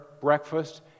breakfast